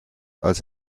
als